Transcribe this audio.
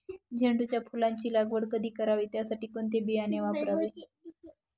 झेंडूच्या फुलांची लागवड कधी करावी? त्यासाठी कोणते बियाणे वापरावे?